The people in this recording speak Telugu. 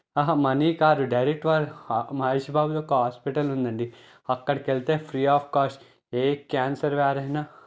అహా మనీ కాదు డైరెక్ట్ వాళ్ళ మహేష్ బాబు యొక్క హాస్పిటల్ ఉంది అండి అక్కడికి వెళితే ఫ్రీ ఆఫ్ కాస్ట్ ఏ క్యాన్సర్ వ్యాధి అయిన